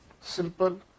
simple